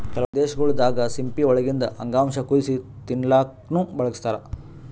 ಕೆಲವೊಂದ್ ದೇಶಗೊಳ್ ದಾಗಾ ಸಿಂಪಿ ಒಳಗಿಂದ್ ಅಂಗಾಂಶ ಕುದಸಿ ತಿಲ್ಲಾಕ್ನು ಬಳಸ್ತಾರ್